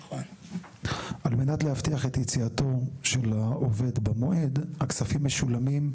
על מנת להבטיח את יציאתו של העובד במועד הכספים משולמים,